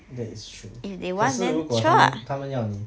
that is true 可是如果他们他们要你